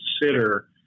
consider